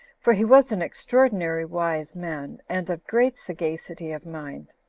for he was an extraordinary wise man, and of great sagacity of mind.